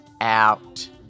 out